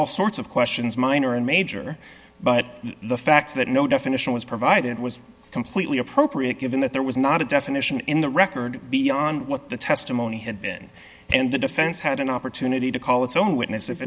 all sorts of questions minor and major but the fact that no definition was provided was completely appropriate given that there was not a definition in the record beyond the testimony had been and the defense had an opportunity to call its own witness if